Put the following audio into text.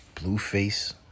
Blueface